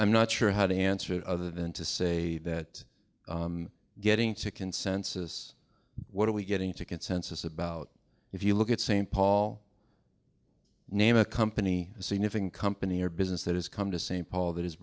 i'm not sure how to answer it other than to say that getting to consensus what are we getting to consensus about if you look at st paul name a company a significant company or business that has come to st paul that h